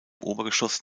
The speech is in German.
obergeschoss